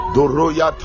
Doroya